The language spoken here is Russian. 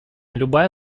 любая